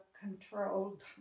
controlled